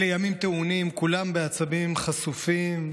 אלה ימים טעונים, כולם בעצבים חשופים,